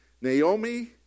Naomi